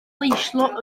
pleidleisio